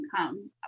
income